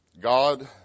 God